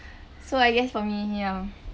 so I guess for me ya